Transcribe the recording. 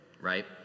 right